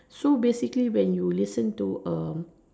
so basically when you listen to a